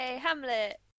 Hamlet